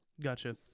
Gotcha